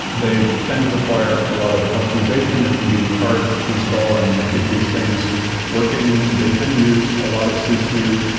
they tend to require a lot of customization. it can be hard to install and and get these things working. they tend to use a lot of cpu,